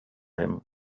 him